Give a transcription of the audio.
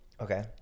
Okay